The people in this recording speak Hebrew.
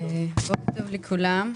בוקר טוב לכולם.